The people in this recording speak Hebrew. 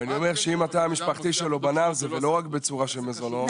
ואם התא המשפחתי שלו בנה על זה ולא רק בצורה של מזונות.